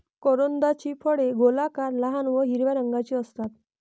करोंदाची फळे गोलाकार, लहान व हिरव्या रंगाची असतात